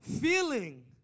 feeling